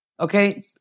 Okay